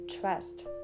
trust